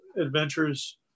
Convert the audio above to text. Adventures